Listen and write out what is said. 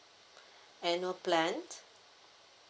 annual plan